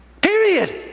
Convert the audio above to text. Period